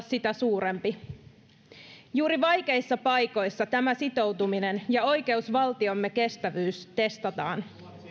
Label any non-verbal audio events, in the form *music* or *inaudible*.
*unintelligible* sitä suurempi juuri vaikeissa paikoissa tämä sitoutuminen ja oikeusvaltiomme kestävyys testataan